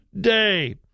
day